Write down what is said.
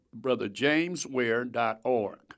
brotherjamesware.org